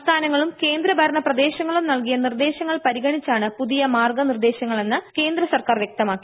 സംസ്ഥാനങ്ങ്ളും കേന്ദ്രഭരണ പ്രദേശങ്ങളും നൽകിയ നിർദ്ദേശങ്ങൾ പരിഗണിച്ചാണ് പുതിയ മാർഗനിർദ്ദേശങ്ങളെന്ന് കേന്ദ്രസർക്കാർ വ്യക്തമാക്കി